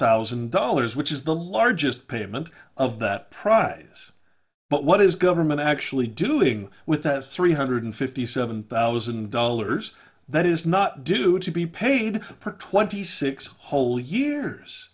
thousand dollars which is the largest payment of that prize but what is government actually doing with that three hundred fifty seven thousand dollars that is not due to be paid for twenty six whole years